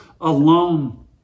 alone